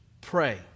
Pray